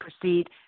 proceed